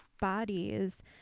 bodies